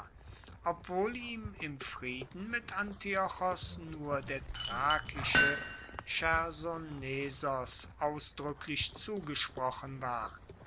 obwohl ihm im frieden mit antiochos nur der thrakische chersonesos ausdruecklich zugesprochen war